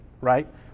right